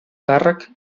càrrec